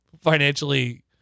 financially